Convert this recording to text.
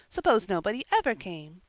suppose nobody ever came!